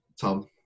Tom